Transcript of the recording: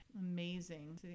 Amazing